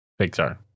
Pixar